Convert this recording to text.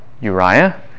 Uriah